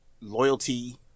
loyalty